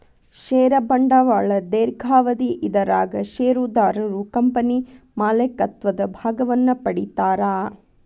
ಷೇರ ಬಂಡವಾಳ ದೇರ್ಘಾವಧಿ ಇದರಾಗ ಷೇರುದಾರರು ಕಂಪನಿ ಮಾಲೇಕತ್ವದ ಭಾಗವನ್ನ ಪಡಿತಾರಾ